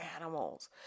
animals